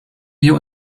wir